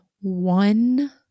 one